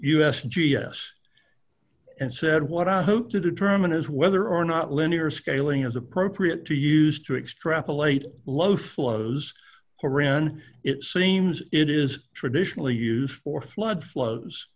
s g s and said what i hope to determine is whether or not linear scaling is appropriate to used to extrapolate low flows horyn it seems it is traditionally used for flood flows